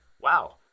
wow